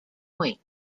point